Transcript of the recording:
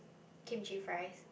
kimchi fries